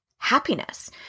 happiness